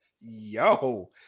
yo